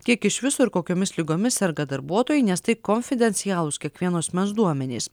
kiek iš viso ir kokiomis ligomis serga darbuotojai nes tai konfidencialūs kiekvieno asmens duomenys